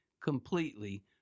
completely